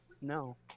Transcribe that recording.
No